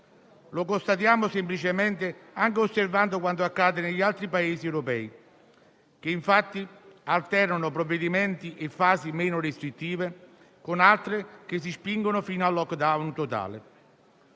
Lo constatiamo semplicemente anche osservando quanto accade negli altri Paesi europei, che infatti alternano provvedimenti e fasi meno restrittive con altre che si spingono fino a *lockdown* totali.